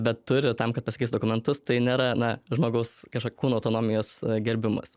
bet turi tam kad pasikeist dokumentus tai nėra na žmogaus kūno autonomijos gerbimas